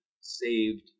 saved